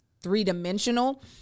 three-dimensional